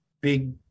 big